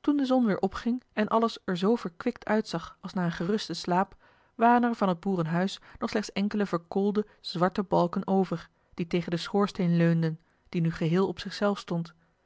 toen de zon weer opging en alles er zoo verkwikt uitzag als na een gerusten slaap waren er van het boerenhuis nog slechts enkele verkoolde zwarte balken over die tegen den schoorsteen leunden die nu geheel op zich zelf stond